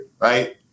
right